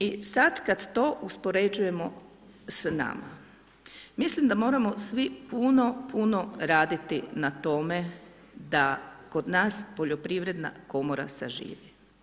I sada kada to uspoređujemo sa nama, mislim da moramo svi puno puno raditi na tome, da kod nas Poljoprivredna komora saživi.